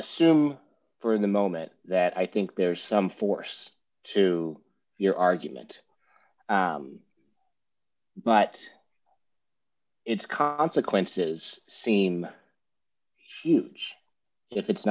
assume for the moment that i think there's some force to your argument but its consequences seem huge if it's